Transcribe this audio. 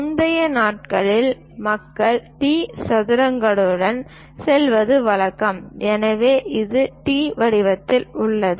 முந்தைய நாட்களில் மக்கள் டி சதுரங்களுடன் செல்வது வழக்கம் எனவே இது டி வடிவத்தில் உள்ளது